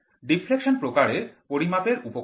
deflection প্রকারের পরিমাপের উপকরণ